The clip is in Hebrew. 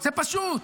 זה פשוט.